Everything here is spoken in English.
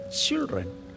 children